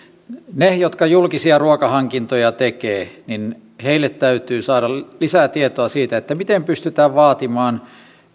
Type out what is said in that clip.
niille jotka julkisia ruokahankintoja tekevät täytyy saada lisää tietoa siitä miten pystytään vaatimaan